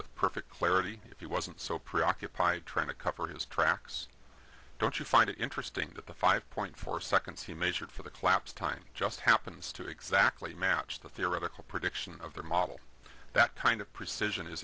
with perfect clarity if he wasn't so preoccupied trying to cover his tracks don't you find it interesting that the five point four seconds he measured for the collapse time just happens to exactly match the theoretical prediction of their model that kind of precision is